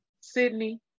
Sydney